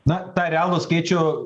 na tą realų skaičių